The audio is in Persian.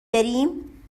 بریم